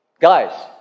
Guys